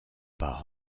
par